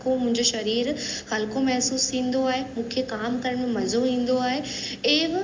को मुंहिंज़ो शरीर हल्को महिसूसु थींदो आहे मूंखे कम करण में मजो ईंदो आहे एव